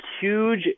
huge